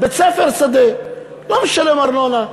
בית-ספר שדה לא משלם ארנונה,